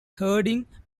herding